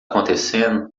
acontecendo